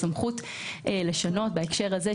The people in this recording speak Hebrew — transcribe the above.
הסמכות לשנות בהקשר הזה,